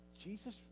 Jesus